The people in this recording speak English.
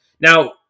Now